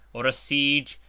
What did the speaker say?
or a siege,